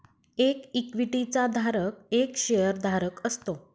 एक इक्विटी चा धारक एक शेअर धारक असतो